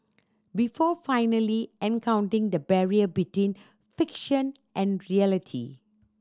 before finally encountering the barrier between fiction and reality